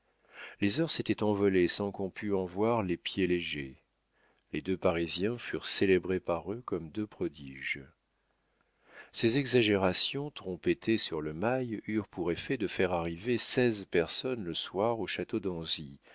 les heures s'étaient envolées sans qu'on pût en voir les pieds légers les deux parisiens furent célébrés par eux comme deux prodiges ces exagérations trompetées sur le mail eurent pour effet de faire arriver seize personnes le soir au château d'anzy